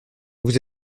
vous